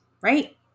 right